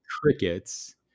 crickets